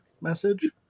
message